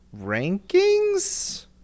rankings